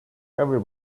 every